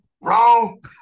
Wrong